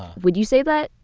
would you say that?